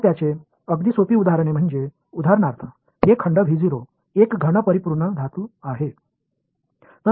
तर त्याचे अगदी सोपी उदाहरण म्हणजे उदाहरणार्थ हे खंड एक घन परिपूर्ण धातू आहे